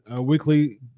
weekly